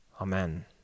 Amen